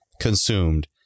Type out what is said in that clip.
consumed